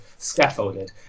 scaffolded